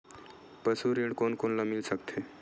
पशु ऋण कोन कोन ल मिल सकथे?